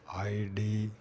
ID